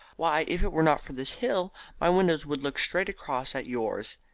why, if it were not for this hill my windows would look straight across at yours.